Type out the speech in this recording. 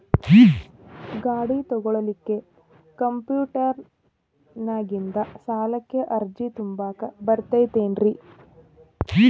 ಗಾಡಿ ತೊಗೋಳಿಕ್ಕೆ ಕಂಪ್ಯೂಟೆರ್ನ್ಯಾಗಿಂದ ಸಾಲಕ್ಕ್ ಅರ್ಜಿ ತುಂಬಾಕ ಬರತೈತೇನ್ರೇ?